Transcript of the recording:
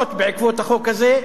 תסבוכות בעקבות החוק הזה,